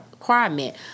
requirement